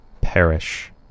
perish